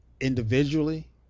individually